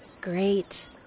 Great